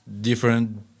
different